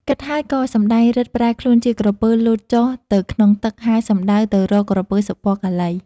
គិតហើយក៏សំដែងឫទ្ធិប្រែខ្លួនជាក្រពើលោតចុះទៅក្នុងទឹក ហែល សំដៅទៅរកក្រពើ សុពណ៌កាឡី។